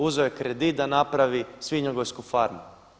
Uzeo je kredit da napravi svinjogojsku farmu.